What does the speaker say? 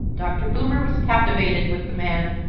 dr. boomer was captivated with the man.